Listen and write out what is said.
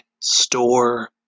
store